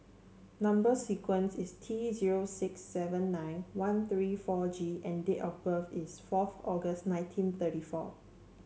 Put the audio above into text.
number sequence is T zero six seven nine one three four G and date of birth is fourth August nineteen thirty four